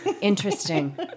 interesting